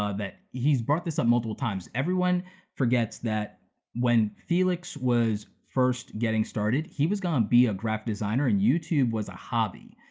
ah he's brought this up multiple times, everyone forgets that when felix was first getting started, he was gonna be a graphic designer and youtube was a hobby.